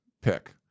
pick